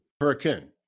Hurricane